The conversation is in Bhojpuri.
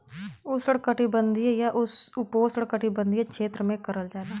उष्णकटिबंधीय या उपोष्णकटिबंधीय क्षेत्र में करल जाला